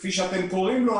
כפי שאתם קוראים לו,